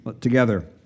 together